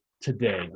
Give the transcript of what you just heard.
today